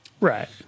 right